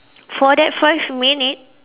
for that first minute